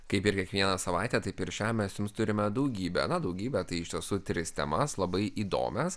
kaip ir kiekvieną savaitę taip ir šią mes jums turime daugybę daugybę tai iš tiesų tris temas labai įdomias